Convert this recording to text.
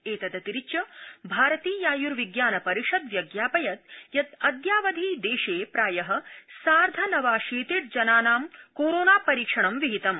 एतदतिरिच्य भारतीयायुर्विज्ञानपरिषद व्यज्ञापयत् यत् अद्यावधि देशे प्राय सार्धनवाशीर्तिजनानां कोरोना परीक्षणं विहितम्